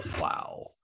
Wow